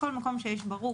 כל מקום שברור,